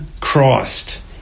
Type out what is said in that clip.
Christ